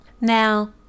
Now